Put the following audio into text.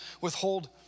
withhold